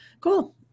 cool